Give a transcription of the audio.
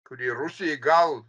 kuri rusijai gal